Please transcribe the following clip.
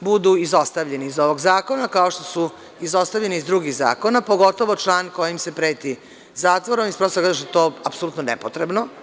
budu izostavljeni iz ovog zakona, kao što su izostavljeni iz drugih zakona, pogotovo član kojim se preti zatvorom, iz prostog razloga što je to nepotrebno.